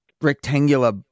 rectangular